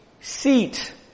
seat